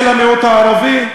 של המיעוט הערבי,